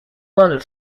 wonder